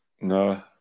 no